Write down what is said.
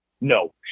No